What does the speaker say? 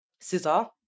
Scissor